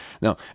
Now